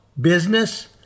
business